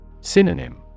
Synonym